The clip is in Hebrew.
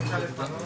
הישיבה ננעלה